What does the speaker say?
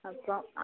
അപ്പം